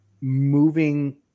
moving